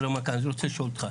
אני רוצה לשאול אותך,